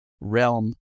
realm